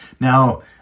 Now